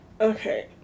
okay